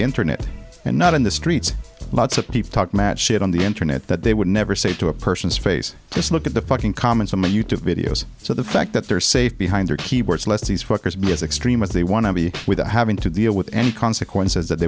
internet and not in the streets lot's of peeps talk mad shit on the internet that they would never say to a person's face just look at the fucking comments on my youtube videos so the fact that they're safe behind their keyboards lets these fuckers be as extreme as they want without having to deal with the consequences that they